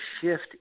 shift